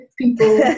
people